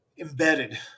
embedded